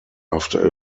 after